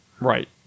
Right